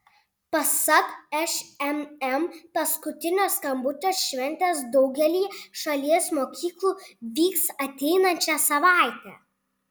pasak šmm paskutinio skambučio šventės daugelyje šalies mokyklų vyks ateinančią savaitę